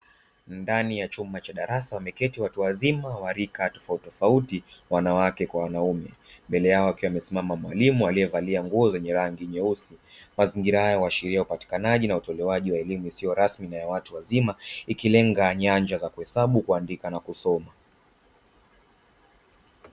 Ndani ya chumba cha darasa wameketi watu wazima wa rika tofautitofauti wanawake kwa wanaume, mbele yao akiwa amesimama mwalimu aliyevalia nguo zenye rangi nyeusi, mazingira haya huashiria upatikanaji na utolewaji wa elimu isiyo rasmi na ya watu wazima, ikilenga nyanja za kuhesabu, kuandika na kusoma.